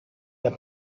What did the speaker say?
the